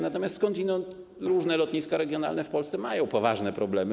Natomiast różne lotniska regionalne w Polsce mają poważne problemy.